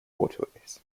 waterways